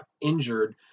injured